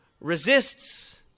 resists